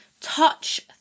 touch